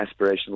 aspirational